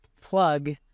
plug